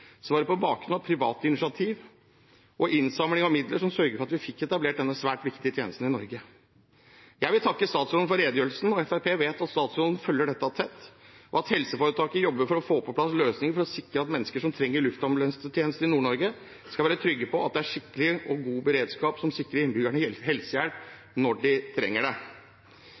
siden, var det privat initiativ og innsamling av midler som sørget for at vi fikk etablert denne svært viktige tjenesten i Norge. Jeg vil takke statsråden for redegjørelsen. Fremskrittspartiet vet at statsråden følger dette tett, og at helseforetaket jobber for å få på plass en løsning som sikrer at mennesker som trenger luftambulansetjenester i Nord-Norge, skal være trygge på at det er skikkelig og god beredskap som sikrer innbyggerne helsehjelp når de trenger det.